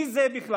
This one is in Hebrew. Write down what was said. מי זה בכלל?